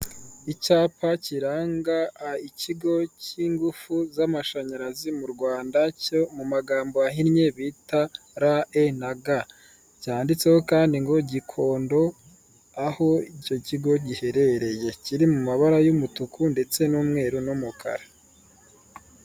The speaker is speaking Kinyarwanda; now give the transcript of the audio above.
Icyapa kiranga ikigo cy'ingufu z'amashanyarazi mu Rwanda cyo mu magambo ahinnye bita R E na G cyanditseho kandi ngo Gikondo aho icyo kigo giherereye, kiri mu mabara y'umutuku ndetse n'umweru n'umukara.